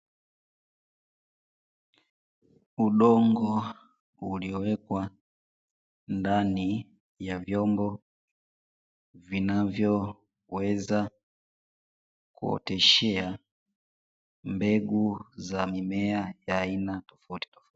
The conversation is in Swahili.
Udongo uliowekwa ndani ya vyombo vinavyoweza kuoteshea mbegu za mimea ya aina tofautitofauti.